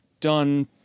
done